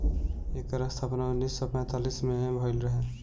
एकर स्थापना उन्नीस सौ पैंतीस में भइल रहे